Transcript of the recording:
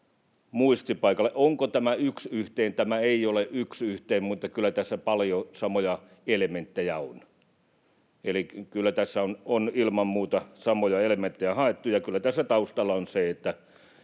muistipaikalle. Onko tämä yksi yhteen? Tämä ei ole yksi yhteen, mutta kyllä tässä paljon samoja elementtejä on. Eli kyllä tässä on ilman muuta samoja elementtejä haettu, ja kyllä tässä taustalla on se, että